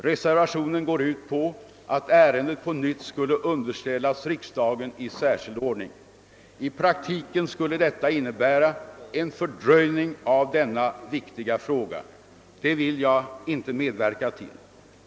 Reservationen går ut på att ären det på nytt skulle underställas riksdagen i särskild ordning. I praktiken skulle det innebära en fördröjning av denna viktiga fråga. Det vill jag inte medverka till.